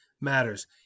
matters